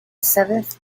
seventh